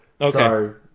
Okay